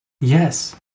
yes